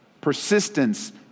Persistence